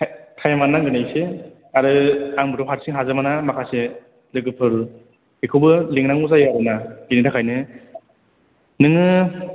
टाइमानो नांगोन एसे आरो आंबोथ' हारसिं हाजोबाना माखासे लोगोफोर बेखौबो लिंनांगौ जायो आरोना बेनिथाखायनो नोङो